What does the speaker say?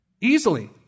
Easily